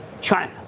China